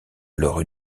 alors